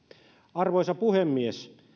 arvoisa puhemies